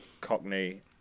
Cockney